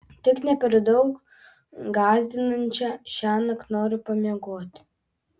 tik ne per daug gąsdinančią šiąnakt noriu pamiegoti